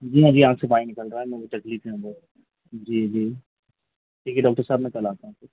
जी हाँ जी आँख से पानी निकल रहा है मेरको तकलीफ़ है बहुत जी जी ठीक है डॉक्टर साहब मैं कल आता हूँ फिर